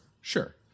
Sure